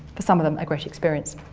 for some of them a great experience.